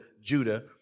Judah